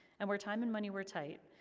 and where time and money were tight,